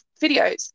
videos